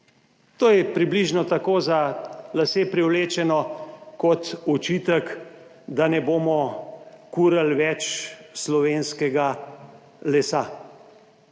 To je približno tako za lase privlečeno kot očitek, da ne bomo kurili več slovenskega lesa.